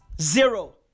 Zero